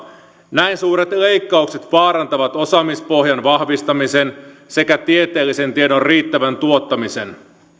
näin suuret leikkaukset vaarantavat osaamispohjan vahvistamisen sekä tieteellisen tiedon riittävän tuottamisen